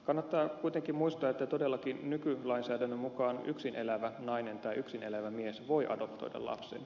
kannattaa kuitenkin muistaa että todellakin nykylainsäädännön mukaan yksin elävä nainen tai yksin elävä mies voi adoptoida lapsen